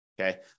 Okay